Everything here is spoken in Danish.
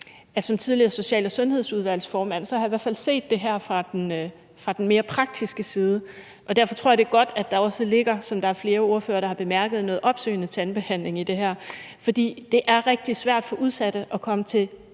at som tidligere social- og sundhedsudvalgsformand har jeg i hvert fald set det her fra den mere praktiske side, og derfor tror jeg, det er godt, at der også ligger, som flere ordførere har bemærket, noget opsøgende tandbehandling i det her, for det er rigtig svært for udsatte at komme til